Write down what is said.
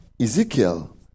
Ezekiel